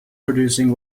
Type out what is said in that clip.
producing